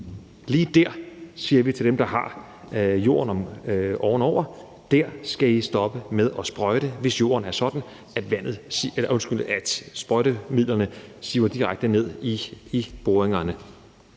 drikke af, siger til dem, der har jorden ovenover, at de skal stoppe med at sprøjte, hvis jorden er sådan, at sprøjtemidlerne siver direkte ned i boringerne.